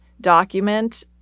document